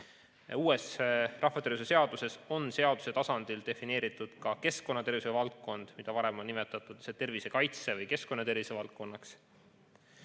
Uues rahvatervishoiu seaduses on seaduse tasandil defineeritud ka keskkonnatervishoiu valdkond, mida varem on nimetatud tervisekaitse või keskkonnatervise valdkonnaks.